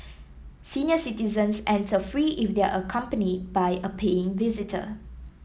senior citizens enter free if they are accompanied by a paying visitor